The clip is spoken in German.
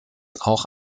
auch